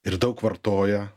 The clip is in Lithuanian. ir daug vartoja